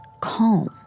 calm